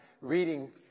reading